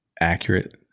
accurate